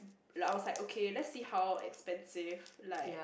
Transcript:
like I was like okay let's see how expensive like